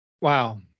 wow